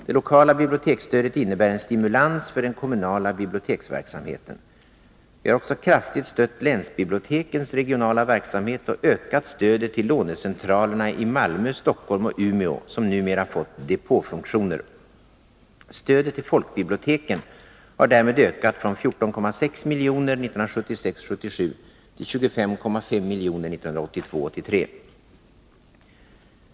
Det lokala biblioteksstödet innebär en stimulans för den kommunala biblioteksverksamheten. Vi har också kraftigt stött länsbibliotekens regionala verksamhet och ökat stödet till lånecentralerna i Malmö, Stockholm och Umeå, som numera fått depåfunktioner. Stödet till folkbiblioteken har därmed ökat från 14,6 milj.kr. 1976 83.